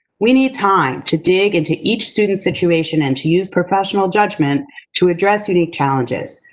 we need time to dig into each student's situation and to use professional judgment to address unique challenges.